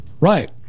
Right